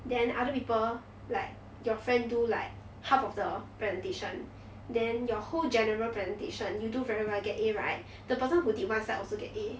then other people like your friend do like half of the presentation then your whole general presentation you do very well get A right the person who did one slide also get a